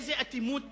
איזו אטימות